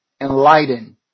enlighten